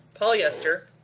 polyester